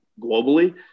globally